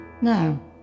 No